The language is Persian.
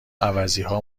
عوضیها